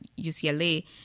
UCLA